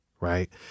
right